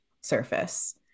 surface